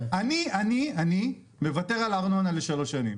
אני מוכן לוותר על הארנונה לשלוש שנים,